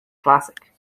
classic